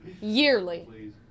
yearly